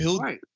Right